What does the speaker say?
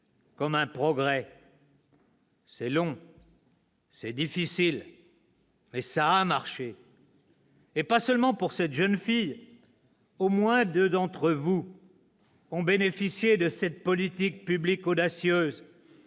Comme un progrès. « C'est long. C'est difficile. Mais ça a marché. Et pas seulement pour cette jeune fille : au moins deux d'entre vous ont bénéficié de cette politique publique audacieuse,